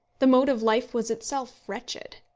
the mode of life was itself wretched.